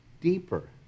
deeper